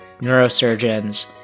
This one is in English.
neurosurgeons